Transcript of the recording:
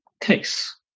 case